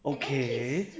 okay